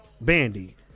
Bandy